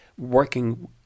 working